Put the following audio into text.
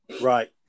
Right